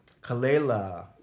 Kalela